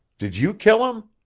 did you kill him?